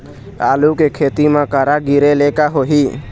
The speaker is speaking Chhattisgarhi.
आलू के खेती म करा गिरेले का होही?